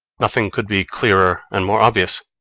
nothing could be clearer and more obvious!